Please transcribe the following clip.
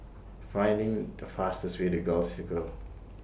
finding The fastest Way to Gul Circle